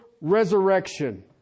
resurrection